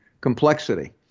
complexity